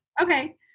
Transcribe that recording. Okay